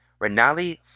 Renali